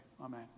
amen